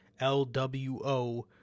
LWO